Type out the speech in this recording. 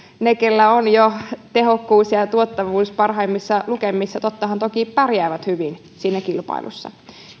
ne keillä on jo tehokkuus ja ja tuottavuus parhaimmissa lukemissa tottahan toki pärjäävät hyvin siinä kilpailussa